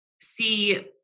see